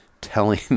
telling